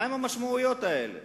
מה הן המשמעויות האלה?